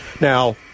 Now